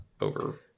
over